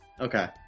Okay